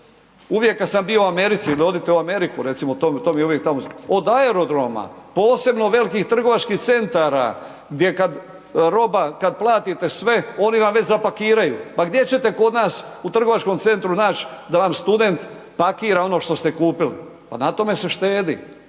uvijek tamo, od aerodroma, posebno velikih trgovačkih centara, gdje kad roba, kad platite sve, oni vam već zapakiraju. Pa gdje ćete kod nas u trgovačkom centru naći da vam student pakira ono što ste kupili? Pa na tome se štedi